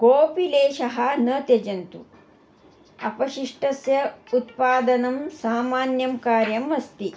कोपि लेशः न त्यजन्तु अपशिष्टस्य उत्पादनं सामान्यं कार्यम् अस्ति